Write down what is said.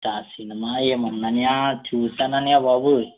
cinema ఏమన్ననా అన్నయ్య అది చూసాను అన్నయ్య బాబు